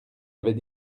avait